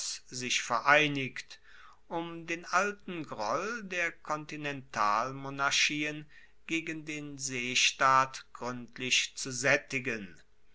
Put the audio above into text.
sich vereinigt um den alten groll der kontinentalmonarchien gegen den seestaat gruendlich zu saettigen